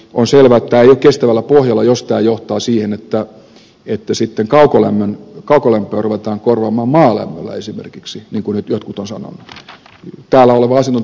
on selvää että tämä ei ole kestävällä pohjalla jos tämä johtaa siihen että sitten kaukolämpöä ruvetaan korvaamaan maalämmöllä esimerkiksi niin kuin nyt jotkut ovat sanoneet